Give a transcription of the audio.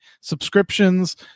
subscriptions